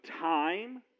time